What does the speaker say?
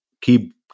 keep